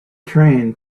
train